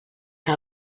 que